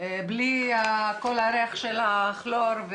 בלי כל הריח של הכלור.